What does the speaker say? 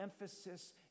emphasis